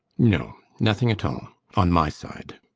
no nothing at all on my side.